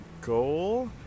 goal